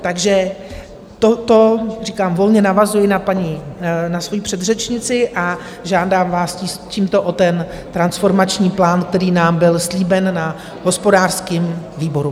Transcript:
Takže toto, říkám, volně navazuji na svoji předřečnici a žádám vás tímto o ten transformační plán, který nám byl slíben na hospodářském výboru.